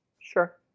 Sure